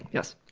yes.